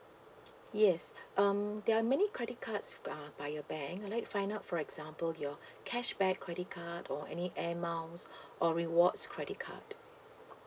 yes um there are many credit cards uh by your bank I'd like to find out for example your cashback credit card or any air miles or rewards credit card